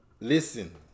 Listen